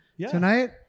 tonight